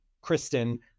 Kristen